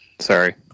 Sorry